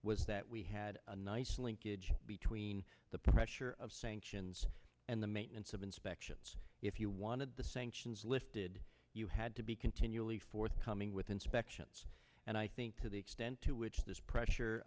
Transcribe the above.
was that we had a nice linkage between the pressure of sanctions and the maintenance of inspections if you wanted the sanctions lifted you had to be continually forthcoming with inspections and i think to the extent to which this pressure